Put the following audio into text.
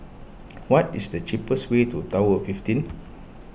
what is the cheapest way to Tower fifteen